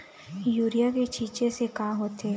Urea के छींचे से का होथे?